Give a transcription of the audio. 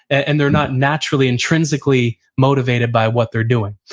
and they're not naturally intrinsically motivated by what they're doing.